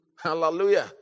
Hallelujah